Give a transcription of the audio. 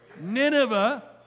Nineveh